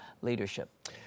leadership